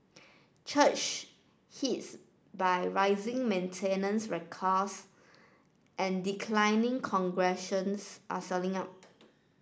church hits by rising maintenance cost and declining congregations are selling up